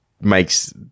makes